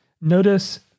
Notice